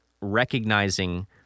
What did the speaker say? recognizing